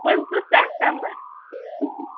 پٕنٛژٕ سٮ۪ٹمبر